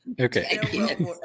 Okay